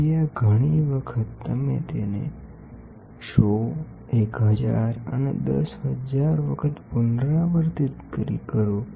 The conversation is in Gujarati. તેથી આ ઘણી વખત તમે તેને 100 1000 અને 10000 વખત પુનરાવર્તિત કરો